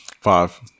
five